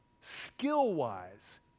skill-wise